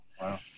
Wow